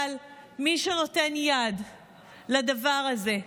אבל מי שנותן יד לדבר הזה,